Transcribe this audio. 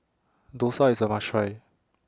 Dosa IS A must Try